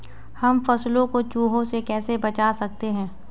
हम फसलों को चूहों से कैसे बचा सकते हैं?